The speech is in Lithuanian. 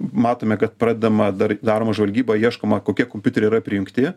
matome kad pradedama dar daroma žvalgyba ieškoma kokie kompiuteriai yra prijungti